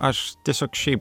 aš tiesiog šiaip